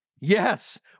Yes